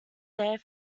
there